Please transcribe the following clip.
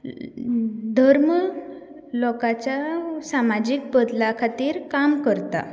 धर्म लोकांच्या सामाजीक बदला खातीर काम करता